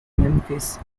memphis